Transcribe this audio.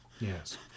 Yes